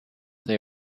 they